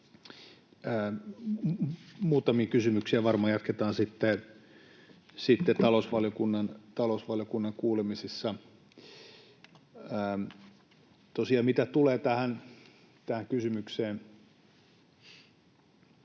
Muutamia kysymyksiä varmaan jatketaan sitten talousvaliokunnan kuulemisissa. — Tosiaan mitä tulee tähän kysymykseen